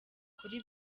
kuri